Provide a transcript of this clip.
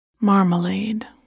Marmalade